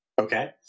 Okay